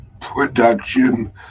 production